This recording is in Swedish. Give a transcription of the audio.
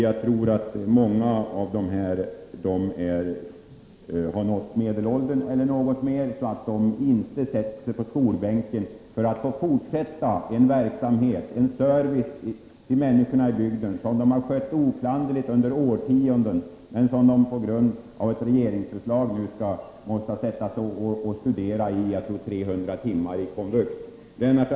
Jag tror att många av dem har nått medelåldern eller något mer och inte sätter sig på skolbänken för att få fortsätta en service till människorna i bygden som de har skött oklanderligt under årtionden; nu måste de på grund av ett regeringsförslag studera 300 timmar i komvux för att få göra det.